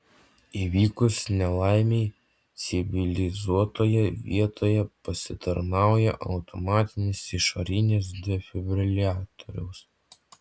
įvykus nelaimei civilizuotoje vietoje pasitarnauja automatinis išorinis defibriliatoriaus